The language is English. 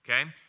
Okay